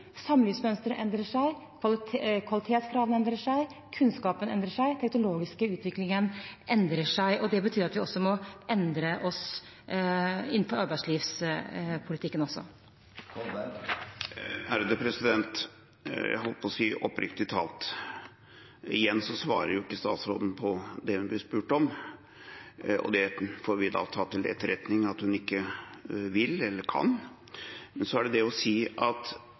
endrer seg, kvalitetskravene endrer seg, kunnskapen endrer seg, den teknologiske utviklingen endrer seg. Det betyr at vi må endre oss innenfor arbeidslivspolitikken også. Oppriktig talt: Igjen svarer ikke statsråden på det hun blir spurt om, og vi får da ta til etterretning at hun ikke vil eller ikke kan. Men en modernisering av arbeidslivet som fører til en generalstreik i Norge, burde jo påkalle statsrådens og regjeringens oppmerksomhet om at det er mulig at